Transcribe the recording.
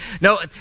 No